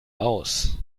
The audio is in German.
aus